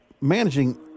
managing